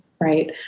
Right